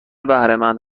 بهرهمند